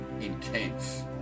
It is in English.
intense